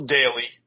Daily